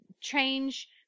change